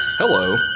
Hello